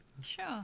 Sure